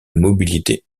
mobilité